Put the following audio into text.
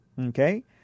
Okay